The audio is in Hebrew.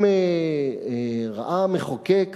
אם ראה המחוקק,